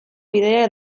bidea